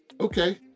okay